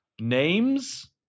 Names